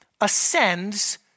ascends